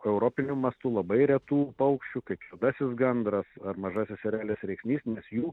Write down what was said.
europiniu mastu labai retų paukščių kaip juodasis gandras ar mažasis erelis rėksnys nes jų